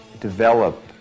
develop